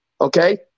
okay